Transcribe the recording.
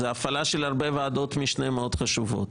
זה הפעלה של הרבה ועדות משנה מאוד חשובות,